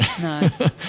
No